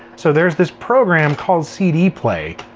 so there's this program called cd play.